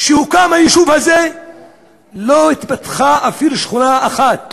שהוקם היישוב הזה לא התפתחה אפילו שכונה אחת,